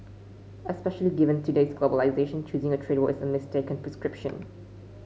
especially given today's globalisation choosing a trade war is a mistaken prescription